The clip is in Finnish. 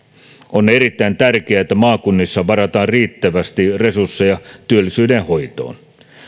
on erittäin tärkeää että maakunnissa varataan riittävästi resursseja työllisyyden hoitoon